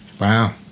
Wow